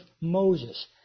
Moses